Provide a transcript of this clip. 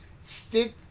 Stick